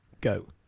go